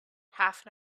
half